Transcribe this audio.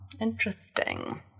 interesting